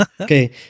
okay